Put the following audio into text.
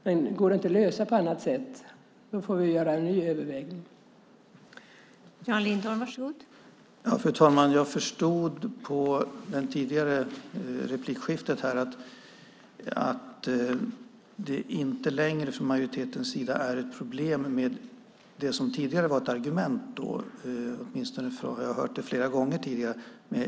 Men går det här inte att lösa på annat sätt får vi på nytt överväga detta.